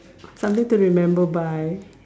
something to remember by